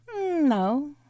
No